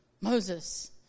Moses